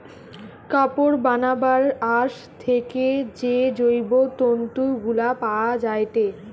কাপড় বানাবার আঁশ থেকে যে জৈব তন্তু গুলা পায়া যায়টে